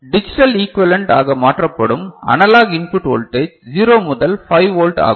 digital equivalent ஆக மாற்றப்படும் analog input voltage 0 முதல் 5 வோல்ட் ஆகும்